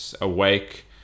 awake